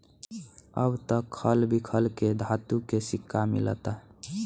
अब त खल बिखल के धातु के सिक्का मिलता